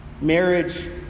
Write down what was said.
Marriage